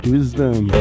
Wisdom